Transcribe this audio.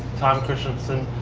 tom kristensen,